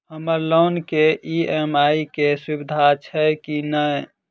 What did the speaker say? हम्मर लोन केँ ई.एम.आई केँ सुविधा छैय की नै?